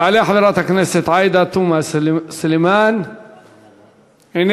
תעלה חברת הכנסת עאידה תומא סלימאן, איננה.